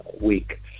Week